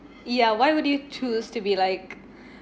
ya why would you choose to be like